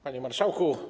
Panie Marszałku!